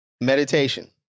meditation